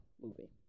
movie